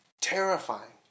Terrifying